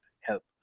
help